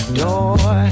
door